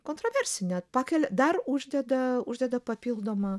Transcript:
kontroversinė pakelia dar uždeda uždeda papildomą